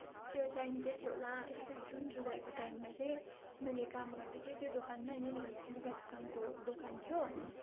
उयस त्यो टाइम चाहिँ थियो होला यस्तो जुन जुलाईको टाइममा चाहिँ मैले काम गर्दै थिएँ त्यो दोकानमा होइन त्यो लुगा दोकानको दोकान थियो